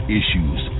issues